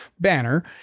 banner